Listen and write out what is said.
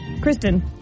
Kristen